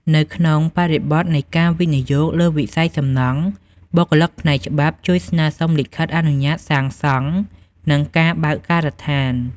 នៅក្នុងបរិបទនៃការវិនិយោគលើវិស័យសំណង់ បុគ្គលិកផ្នែកច្បាប់ជួយស្នើសុំលិខិតអនុញ្ញាតសាងសង់ និងការបើកការដ្ឋាន។